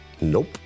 nope